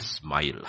smile